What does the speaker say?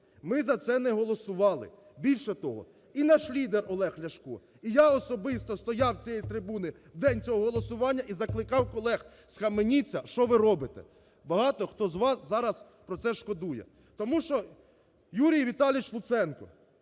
Ми за це не голосували. Більше того, і наш лідер Олег Ляшко. І я особисто стояв на цій трибуни в день цього голосування і закликав колег: схаменіться, що ви робите. Багато, хто з вас зараз про це шкодує. Тому що Юрій Віталійович Луценко,